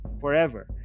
forever